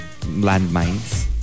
landmines